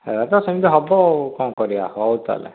ହେରା ତ ସେମିତି ହେବ ଆଉ କ'ଣ କରିବା ହଉ ତାହେଲେ